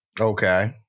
Okay